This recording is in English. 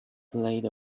played